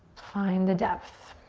find the depth.